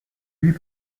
louis